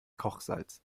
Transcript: kochsalz